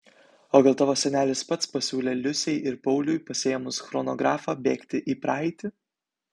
o gal tavo senelis pats pasiūlė liusei ir pauliui pasiėmus chronografą bėgti į praeitį